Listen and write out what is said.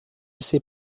ses